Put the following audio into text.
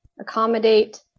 accommodate